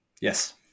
Yes